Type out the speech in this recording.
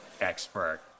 expert